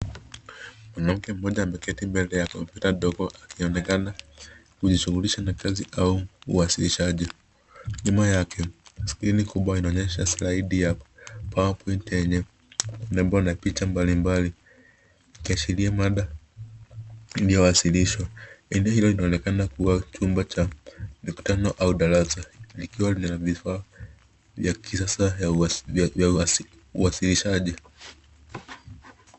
Mwanamke mmoja ameketi mbele ya kompyuta ndogo akionekana kujishughulisha na kazi au uwasilishaji. Nyuma yake, skrini kubwa inaonyesha slide ya PowerPoint yenye nembo na picha mbalimbali, ikiashiria mada inayowasilishwa. Eneo hilo linaonekana kuwa chumba cha mikutano au darasa, likiwa lina vifaa vya kisasa vya uwasilishaji.